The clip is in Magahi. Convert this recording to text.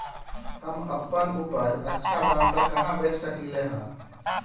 हम अपन उपज अच्छा दाम पर कहाँ बेच सकीले ह?